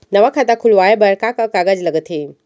नवा खाता खुलवाए बर का का कागज लगथे?